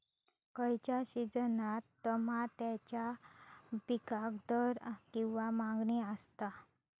खयच्या सिजनात तमात्याच्या पीकाक दर किंवा मागणी आसता?